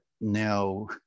now